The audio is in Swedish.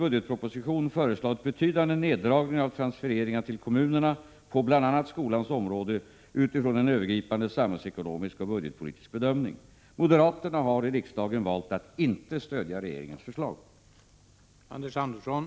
Under samma tid har antalet anställda på skolförvaltningen fördubblats.” Om kommunerna nu använder sina pengar så felaktigt, varför medverkar då Sveriges finansminister till att kommunerna kan fortsätta med en sådan hantering av ekonomin? Varför inte i stället minska de statliga transfereringarna till skolan?